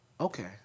Okay